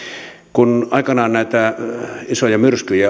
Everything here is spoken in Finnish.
kun aikanaan näitä isoja myrskyjä